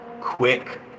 quick